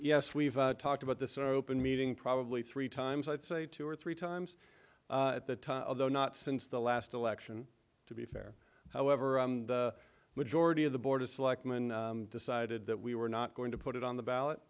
yes we've talked about this our open meeting probably three times i'd say two or three times at the time although not since the last election to be fair however the majority of the board of selectmen decided that we were not going to put it on the ballot